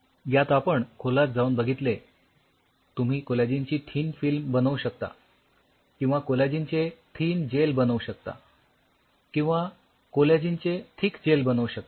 तर यात आपण खोलात जाऊन बघितले तुम्ही कोलॅजिन ची थीन फिल्म बनवू शकता किंवा कोलॅजिन चे थीन जेल बनवू शकता किंवा कोलॅजिन चे थीक जेल बनवू शकता